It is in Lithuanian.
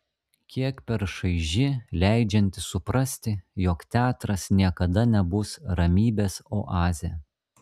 kiek per šaiži leidžianti suprasti jog teatras niekada nebus ramybės oazė